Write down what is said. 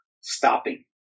Stopping